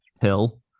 hill